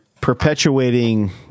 perpetuating